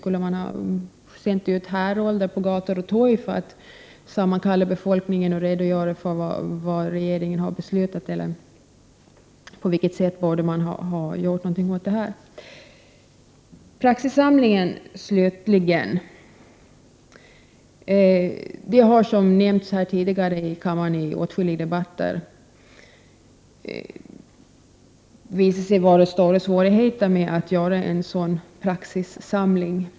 Skulle regeringen ha sänt ut härolder på gator och torg för att sammankalla befolkningen och redogöra för sina beslut, eller vad skulle den ha gjort? Slutligen vill jag ta upp praxissamlingen. Det har som nämnts här tidigare i åtskilliga debatter visat sig vara mycket svårt att göra en praxissamling.